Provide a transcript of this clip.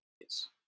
Yes